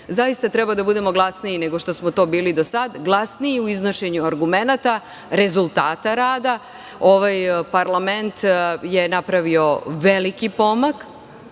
zaista treba da budemo glasniji nego što smo to bili do sada, glasniji u iznošenju argumenata, rezultata rada. Ovaj parlament je napravio veliki pomak